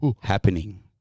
happening